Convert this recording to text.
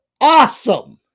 awesome